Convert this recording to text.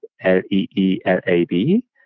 L-E-E-L-A-B